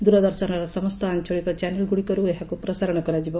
ଦୂରଦର୍ଶନର ସମ୍ତ ଆଞ୍ଞଳିକ ଚ୍ୟାନେଲ ଗୁଡ଼ିକରୁ ଏହାକୁ ପ୍ରସାରଣ କରାଯିବ